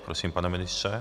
Prosím, pane ministře.